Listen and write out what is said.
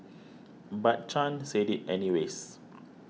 but Chan said it anyways